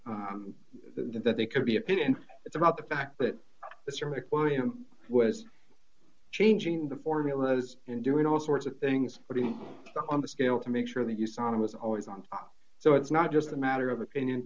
and that they could be opinion it's about the fact that mr mccloy you know was changing the formulas and doing all sorts of things on the scale to make sure that you saw it was always on so it's not just a matter of opinion